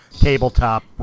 tabletop